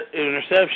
interception